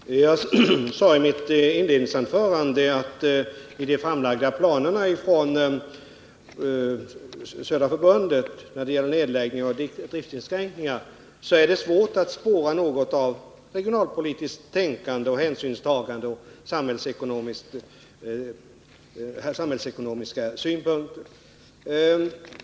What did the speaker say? Fru talman! Jag sade i mitt inledningsanförande att i de framlagda planerna av Södra Skogsägarna när det gäller nedläggning och driftinskränkningar är det svårt att spåra något av regionalpolitiskt tänkande och hänsynstagande eller samhällsekonomiska synpunkter.